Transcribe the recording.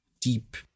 deep